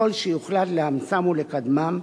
וככל שיוחלט לאמצם ולקדמם,